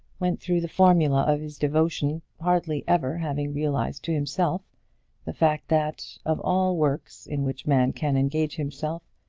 went through the formula of his devotion, hardly ever having realised to himself the fact that, of all works in which man can engage himself,